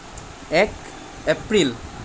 এক এপ্ৰিল